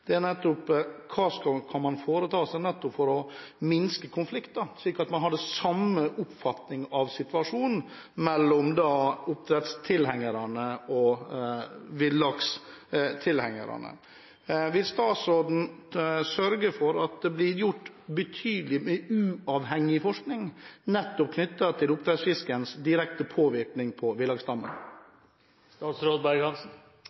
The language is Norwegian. er: Hva kan man foreta seg for å minske konflikten – slik at man har den samme oppfatningen av situasjonen – mellom oppdrettstilhengerne og villakstilhengerne? Vil statsråden sørge for at det blir gjort betydelig uavhengig forskning knyttet til oppdrettsfiskens direkte påvirkning på